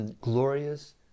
glorious